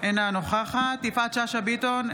אינה נוכחת יפעת שאשא ביטון,